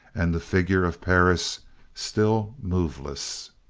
and the figure of perris still moveless.